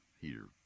heater